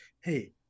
hey